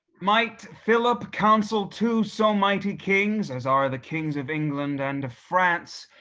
might philip counsel two so mighty kings, as are the kings of england and of france,